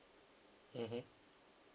mmhmm